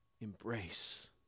Embrace